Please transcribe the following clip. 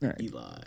Eli